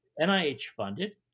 NIH-funded